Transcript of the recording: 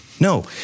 No